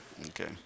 Okay